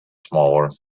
smaller